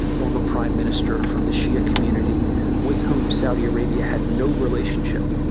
former prime minister from the shia community with whom saudi arabia had no relationship,